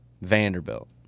Vanderbilt